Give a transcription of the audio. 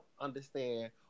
understand